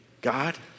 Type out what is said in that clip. God